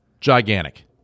gigantic